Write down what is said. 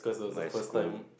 my school